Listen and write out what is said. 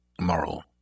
Moral